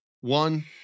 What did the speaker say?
one